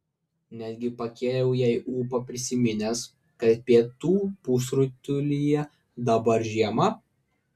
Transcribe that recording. netgi pakėliau jai ūpą priminęs kad pietų pusrutulyje dabar žiema